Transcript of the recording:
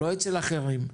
לא אצל אחרים.